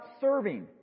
serving